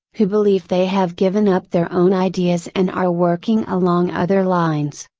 who believe they have given up their own ideas and are working along other lines,